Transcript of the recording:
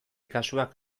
kasuak